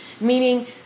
meaning